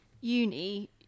uni